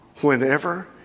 whenever